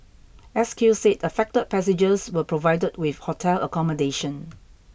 S Q said affected passengers were provided with hotel accommodation